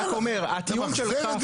אני רק אומר שהטיעון שלך